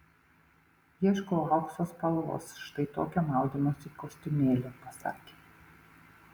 ieškau aukso spalvos štai tokio maudymosi kostiumėlio pasakė